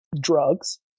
drugs